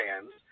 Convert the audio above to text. fans